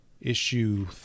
issue